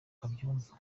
babyumva